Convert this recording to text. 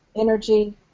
energy